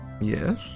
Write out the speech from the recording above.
Yes